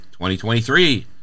2023